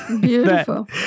Beautiful